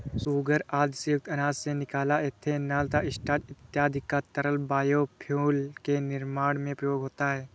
sugar आदि से युक्त अनाज से निकला इथेनॉल तथा स्टार्च इत्यादि का तरल बायोफ्यूल के निर्माण में प्रयोग होता है